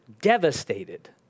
devastated